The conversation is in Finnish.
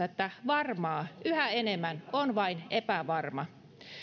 että varmaa yhä enemmän on vain epävarma